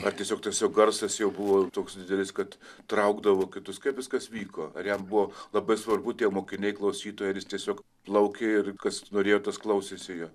ar tiesiog tas jo garsas jau buvo toks didelis kad traukdavo kitus kaip viskas vyko ar jam buvo labai svarbu tie mokiniai klausytojai ar jis tiesiog plaukė ir kas norėjo tas klausėsi jo